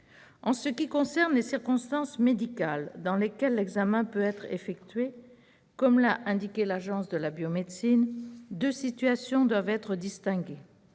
En ce qui concerne les circonstances médicales dans lesquelles l'examen peut être effectué, comme l'a indiqué l'Agence de la biomédecine, deux situations doivent être distinguées.